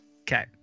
Okay